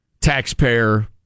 taxpayer